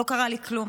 לא קרה לי כלום.